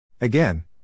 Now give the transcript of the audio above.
Again